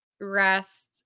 rest